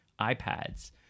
iPads